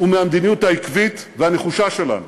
ומהמדיניות העקבית והנחושה שלנו.